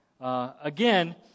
Again